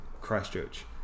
Christchurch